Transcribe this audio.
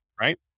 Right